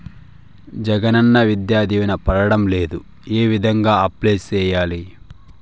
జగనన్న విద్యా దీవెన పడడం లేదు ఏ విధంగా అప్లై సేయాలి